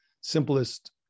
simplest